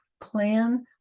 Plan